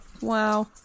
Wow